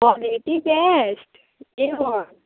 quality best a one